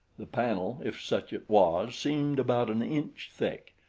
the panel, if such it was, seemed about an inch thick,